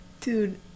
dude